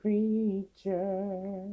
Creature